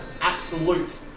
absolute